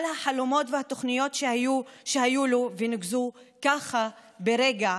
על החלומות והתוכניות שהיו לו ונגוזו ככה, ברגע,